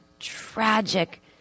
tragic